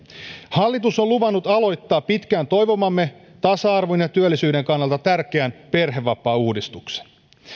hallitus on luvannut aloittaa pitkään toivomamme tasa arvon ja työllisyyden kannalta tärkeän perhevapaauudistuksen